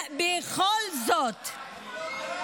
תגידי, את לא מתביישת?